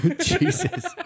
Jesus